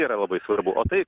yra labai svarbu o tai